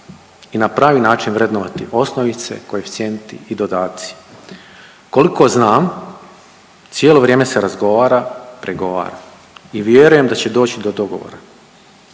i na pravi način vrednovati osnovice, koeficijenti i dodaci. Koliko zna cijelo vrijeme se razgovara, pregovara i vjerujem da će doći do dogovora.